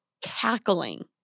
cackling